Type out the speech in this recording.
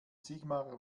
sigmar